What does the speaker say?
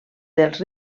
dels